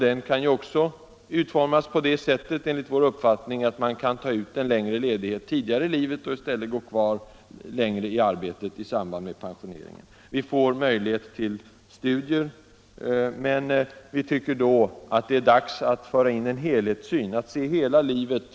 Den kunde också enligt vår uppfattning utformas på det sättet att man fick ta ut en längre ledighet tidigare under livet, och i stället gå kvar längre i arbetet i samband med pensioneringen. Vi har också fått möjlighet till ledighet för studier. Men vi tycker att det är dags att i det här sammanhanget börja se livstiden som en helhet.